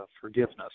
forgiveness